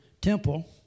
temple